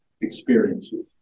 experiences